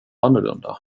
annorlunda